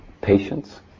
patience